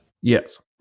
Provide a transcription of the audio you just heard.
Yes